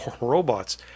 robots